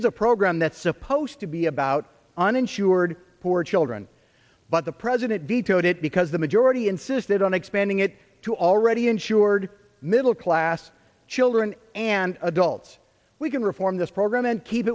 is a program that's supposed to be about uninsured poor children but the president vetoed it because the majority insisted on expanding it to already insured middle class children and adults we can reform this program and keep